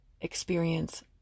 experience